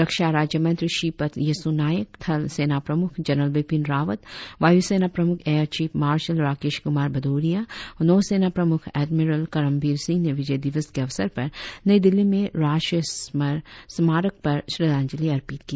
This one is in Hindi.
रक्षा राज्यमंत्री श्रीपद यसो नायक थल सेनाप्रमुख जनरल बिपिन रावतवायुसेना प्रमुख air chief marshal Rakesh Kumar Bhadauria और नौ सेना प्रमुख एडमिरल करमबीर सिंह ने विजय दिवस के अवसर पर नई दिल्ली में रास्ट्रीय समर स्मारक पर श्रद्धांजलि अर्पित की